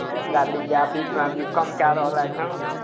एकटा विद्यार्थी B Com कय रहलथि हन